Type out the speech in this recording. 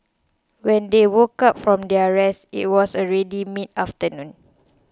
when they woke up from their rest it was already mid afternoon